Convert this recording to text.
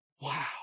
Wow